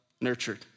nurtured